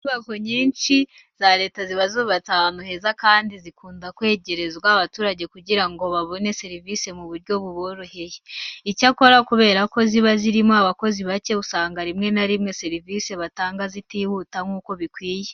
Inyubako nyinshi za leta ziba zubatse ahantu heza kandi zikunda kwegerezwa abaturage kugira ngo babone serivise mu buryo buboroheye. Icyakora kubera ko ziba zirimo abakozi bake, usanga rimwe na rimwe serivise batanga zitihuta nk'uko bikwiye.